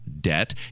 debt